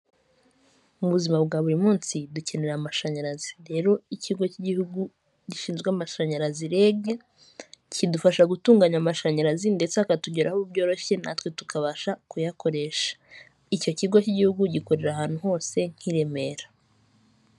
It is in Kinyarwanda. Mu buzima bwa buri munsi dukenera amashanyarazi rero ikigo cy'igihugu gishinzwe amashanyarazi rege, kidufasha gutunganya amashanyarazi ndetse akatugeraho byoroshye natwe tukabasha kuyakoresha, icyo kigo cy'igihugu gikorera ahantu hose nk' i Remera.